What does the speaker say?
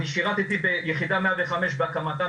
אני שירתי ביחידה 105 בהקמתה,